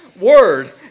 word